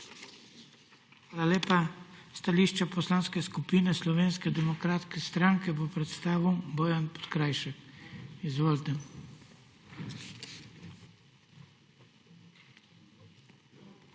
Hvala lepa. Stališče Poslanske skupine Slovenske demokratske stranke bo predstavil Bojan Podkrajšek. Izvolite. **BOJAN